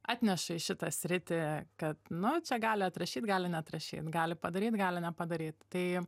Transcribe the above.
atneša į šitą sritį kad nu čia gali atrašyt gali neatrašyt gali padaryt gali nepadaryt tai